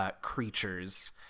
creatures